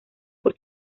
por